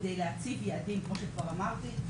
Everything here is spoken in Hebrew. כדי להציב יעדים כמו שכבר אמרתי,